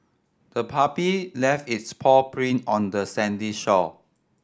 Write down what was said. the puppy left its paw print on the sandy shore